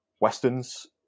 westerns